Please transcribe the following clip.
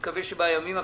מקווה שבימים הקרובים.